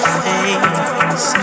face